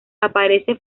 aparece